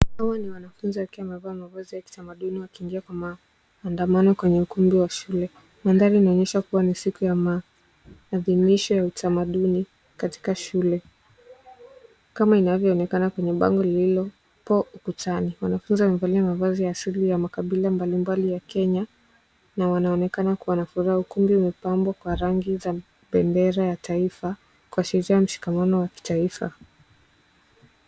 Hawa ni wanafunzi wakiwa wamevaa mavazi ya kitamaduni wakiingia kwa maandamano kwenye ukumbi wa shule. Mandhari inaonyesha kuwa ni siku ya maadhimisho ya utamaduni katika shule kama inavyoonekana kwenye bango lililopo ukutani. Wanafunzi wamevalia mavazi ya shughuli ya makabila mbalimbali ya Kenya na wanaonekana kuwa na furaha. Ukumbi umepambwa kwa rangi za bendera ya taifa kuashiria mshikamano wa kitaifa.